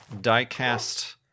die-cast